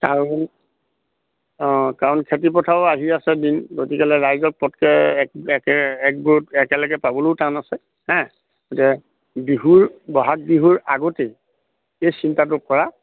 কাৰণ অঁ কাৰণ খেতিপথাৰো আহি আছে দিন গতিকেলে ৰাইজক পটকে একে এক একগোট একেলগে পাবলৈও টান আছে হে গতিকে বিহুৰ ব'হাগ বিহুৰ আগতেই এই চিন্তাটো কৰা